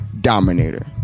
dominator